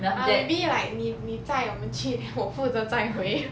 eh maybe like 你你载我们去我负责载回